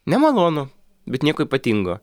nemalonu bet nieko ypatingo